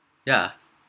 yeah